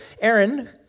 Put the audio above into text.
Aaron